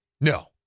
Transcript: No